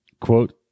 quote